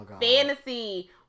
Fantasy